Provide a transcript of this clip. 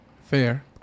Fair